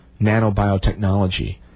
nanobiotechnology